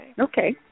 Okay